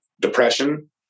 depression